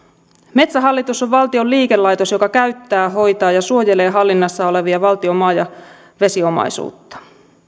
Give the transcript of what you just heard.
metsähallitus on valtion liikelaitos joka käyttää hoitaa ja suojelee hallinnassa olevia valtion maa ja vesiomaisuutta